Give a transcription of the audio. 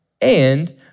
and